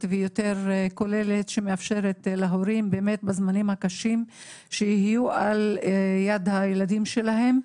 ויותר כוללת שמאפשרת להורים שבזמנים הקשים יהיו ליד הילדים שלהם.